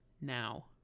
now